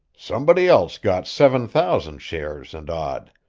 somebody else got seven thousand shares and odd.